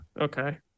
Okay